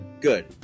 good